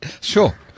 Sure